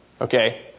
Okay